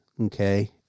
okay